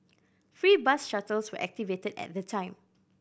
free bus shuttles were activated at the time